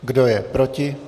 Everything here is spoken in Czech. Kdo je proti?